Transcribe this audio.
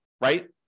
right